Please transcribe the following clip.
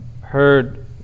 heard